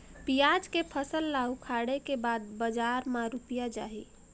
पियाज के फसल ला उखाड़े के बाद बजार मा रुपिया जाही?